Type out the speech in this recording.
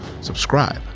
subscribe